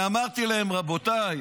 אמרתי להם: רבותיי,